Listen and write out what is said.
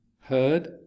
heard